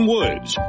Woods